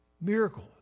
miracle